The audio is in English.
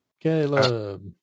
Caleb